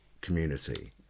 community